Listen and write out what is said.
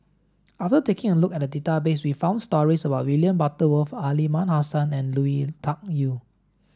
after taking a look at the database we found stories about William Butterworth Aliman Hassan and Lui Tuck Yew